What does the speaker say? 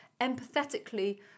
empathetically